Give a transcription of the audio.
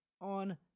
on